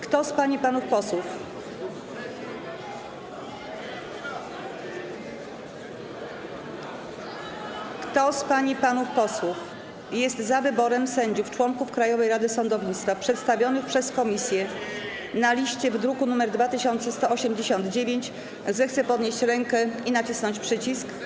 Kto z pań i panów posłów jest za wyborem sędziów członków Krajowej Rady Sądownictwa przedstawionych przez komisję na liście w druku nr 2189, zechce podnieść rękę i nacisnąć przycisk.